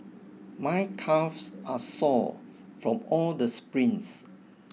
my calves are sore from all the sprints